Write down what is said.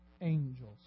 angels